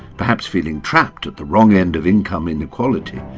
perhaps feeling trapped at the wrong end of income inequality,